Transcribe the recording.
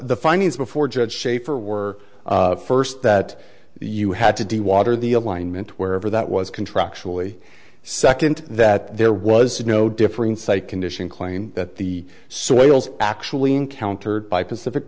the findings before judge schaefer were first that you had to do water the alignment wherever that was contractually second that there was no difference a condition claim that the soils actually encountered by pacific